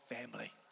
family